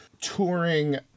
touring